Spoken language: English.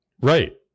right